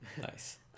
Nice